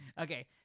okay